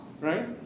right